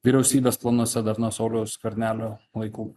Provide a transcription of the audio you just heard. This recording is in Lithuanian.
vyriausybės planuose dar nuo sauliaus skvernelio laikų